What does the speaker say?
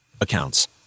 Accounts